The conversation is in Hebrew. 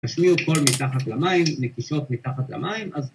השמיעו קול מתחת למים, נקישות מתחת למים, אז...